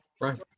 Right